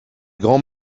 grands